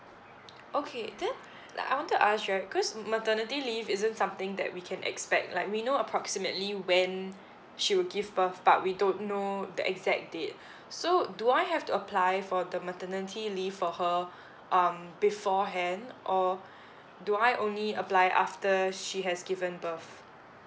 okay then like I wanted to ask right cause ma~ maternity leave isn't something that we can expect like we know approximately when she will give birth but we don't know the exact date so do I have to apply for the maternity leave for her um beforehand or do I only apply after she has given birth